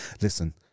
Listen